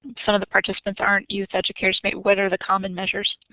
kind of the participants aren't youth educators what are the common measures?